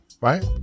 right